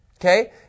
Okay